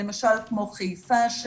למשל כמו חיפה,